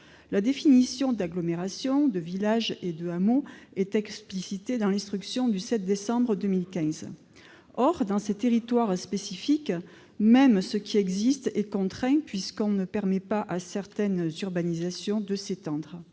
La définition d'une agglomération, d'un village ou d'un hameau est explicitée dans l'instruction du 7 décembre 2015. Or dans ces territoires spécifiques, même ce qui existe est contraint puisqu'on ne permet pas à certaines urbanisations de s'étendre.